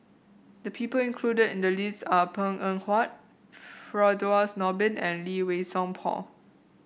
the people included in the list are Png Eng Huat Firdaus Nordin and Lee Wei Song Paul